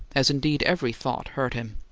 as, indeed, every thought hurt him.